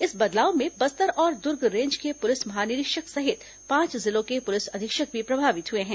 इस बदलाव में बस्तर और दुर्ग रेंज के पुलिस महानिरीक्षक सहित पांच जिलों के पुलिस अधीक्षक भी प्रभावित हुए हैं